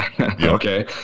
okay